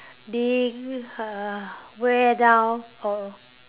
being uh wear down or